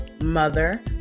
mother